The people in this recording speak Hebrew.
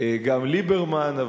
גם ליברמן.